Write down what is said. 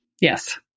Yes